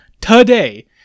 today